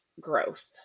growth